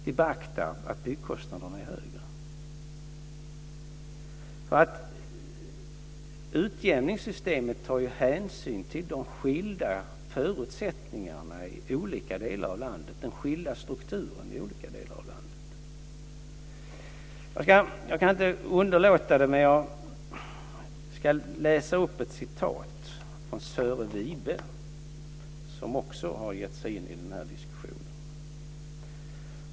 Vi beaktar att byggkostnaderna är höga. I utjämningssystemet tas hänsyn till de skilda förutsättningarna, de skilda strukturerna i olika delar av landet. Jag kan inte underlåta att läsa upp vad Sören Wibe sagt som också gett sig in i den här diskussionen.